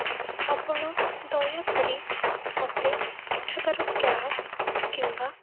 ତ ଆପଣ ଦୟାକରି ମୋତେ ଏଠାକାର କ୍ୟାବ୍ କିମ୍ବା